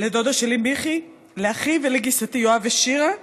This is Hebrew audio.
לדודה שלי מיכי, לאחי ולגיסתי יואב ושירה,